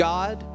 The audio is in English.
God